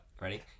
ready